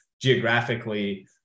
geographically